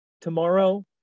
tomorrow